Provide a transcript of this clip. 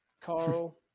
Carl